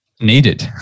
needed